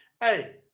Hey